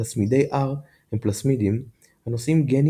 פלסמידי R הם פלסמידים הנושאים גנים